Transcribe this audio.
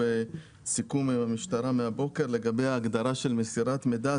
סיכום עם המשטרה מהבוקר לגבי ההגדרה של מסירת מידע.